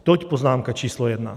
Toť poznámka číslo jedna.